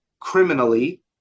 criminally